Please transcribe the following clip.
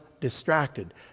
distracted